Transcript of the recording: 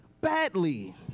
badly